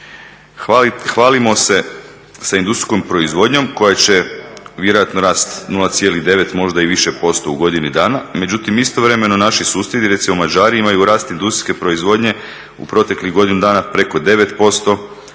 Hvalimo se sa industrijskom proizvodnjom koja će vjerojatno rasti 0,9 možda i više posto u godini dana, međutim istovremeno naši susjedi, recimo Mađari imaju rast industrijske proizvodnje u proteklih godinu dana preko 9%,